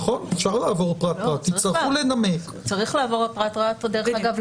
אפשר לעבור פרט-פרט, תצטרכו לנמק.